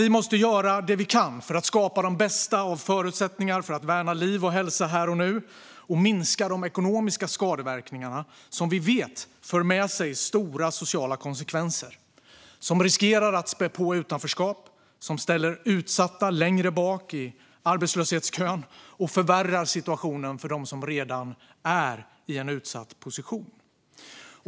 Vi måste göra det vi kan för att skapa de bästa förutsättningar för att värna liv och hälsa här och nu och att minska de ekonomiska skadeverkningarna, som vi vet för med sig stora sociala konsekvenser. De riskerar att spä på utanförskap. De ställer utsatta längre bak i kön till arbetsmarknaden och förvärrar situationen för utsatta.